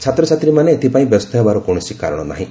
ଛାତ୍ରଛାତ୍ରୀମାନେ ଏଥିପାଇଁ ବ୍ୟସ୍ତ ହେବାର କୌଣସି କାରଣ ନାହିଁ